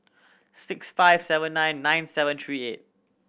six five seven nine nine seven three eight